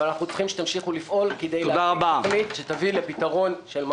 אבל אנחנו צריכים שתמשיכו לפעול כדי להביא תכנית שתביא לפתרון של ממש.